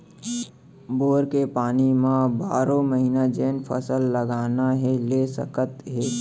bore के पानी म बारो महिना जेन फसल लगाना हे ले सकत हे